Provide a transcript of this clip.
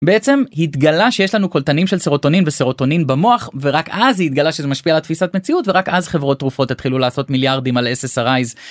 בעצם התגלה שיש לנו קולטנים של סרוטונין וסרוטונין במוח ורק אז היא התגלה שזה משפיע על התפיסת מציאות ורק אז חברות תרופות התחילו לעשות מיליארדים על SSRI's.